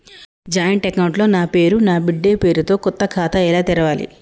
Joint account లో నా పేరు నా బిడ్డే పేరు తో కొత్త ఖాతా ఎలా తెరవాలి?